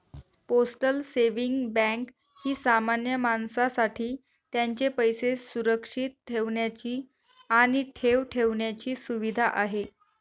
postal saving bank ही सामान्य माणसासाठी त्यांचे पैसे सुरक्षित ठेवण्याची आणि ठेव ठेवण्याची सुविधा आहे